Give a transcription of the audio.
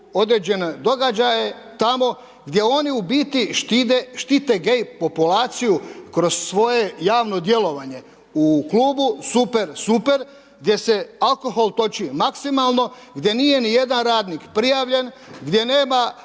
određene događaje tamo gdje oni u biti štite gay populaciju kroz svoje javno djelovanje. U klubu Super, super gdje se alkohol toči maksimalno, gdje nije ni jedan radnik prijavljen, gdje nema,